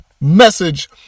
message